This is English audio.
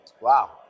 Wow